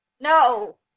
No